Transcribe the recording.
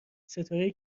ستاره